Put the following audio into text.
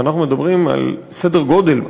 ואנחנו מדברים על סדר גודל,